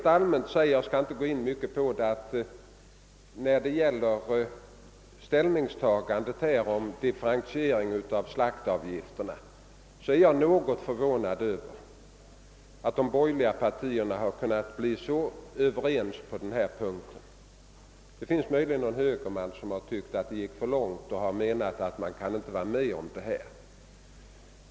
Jag skall inte gå närmare in på detta spörsmål, men jag vill helt allmänt säga beträffande ställningstagandet till differentieringen av slaktavgifterna att jag är något förvånad över att de borgerliga partierna har kunnat bli så överens på denna punkt — det är möjligen någon högerman som har tyckt att man har sträckt sig för långt och inte ansett sig kunna vara med.